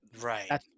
Right